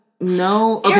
no